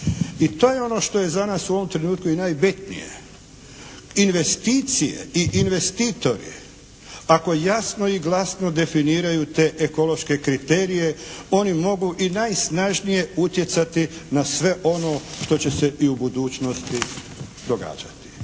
I to je ono što je za nas u ovoj trenutku i najbitnije. Investicije i investitori ako jasno i glasno definiraju te ekološke kriterije oni mogu i najsnažnije utjecati na sve ono što će se i u budućnosti događati.